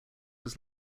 was